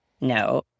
No